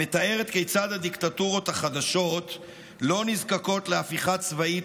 המתארת כיצד הדיקטטורות החדשות לא נזקקות להפיכה צבאית